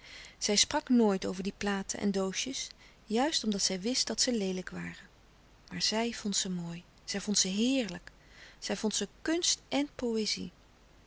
zij sprak nooit over die platen en doosjes juist omdat zij wist dat ze leelijk waren maar zij vond ze mooi zij vond ze heerlijk zij vond ze kunst en poëzie